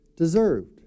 deserved